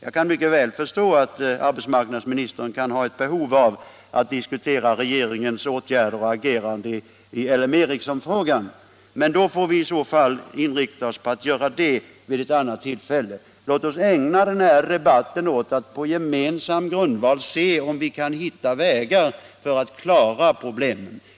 Jag kan mycket väl förstå att arbetsmarknadsministern kan ha ett behov av att diskutera regeringens åtgärder och agerande i L M Ericssonfrågan, men i så fall får vi inrikta oss på att göra det vid ett annat tillfälle. Låt oss ägna denna debatt åt att på gemensam grundval se, om vi kan hitta vägar för att klara problemen!